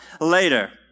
later